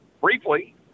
briefly